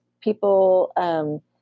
people